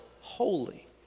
holy